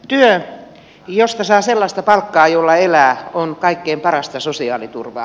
työ josta saa sellaista palkkaa jolla elää on kaikkein parasta sosiaaliturvaa